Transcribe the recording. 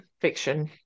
fiction